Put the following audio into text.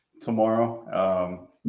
tomorrow